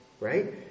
Right